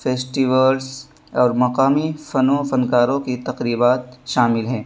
festivals اور مقامی فن و فنکاروں کی تقریبات شامل ہیں